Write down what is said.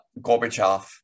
Gorbachev